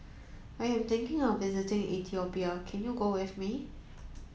I am thinking of visiting Ethiopia can you go with me